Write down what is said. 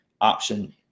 option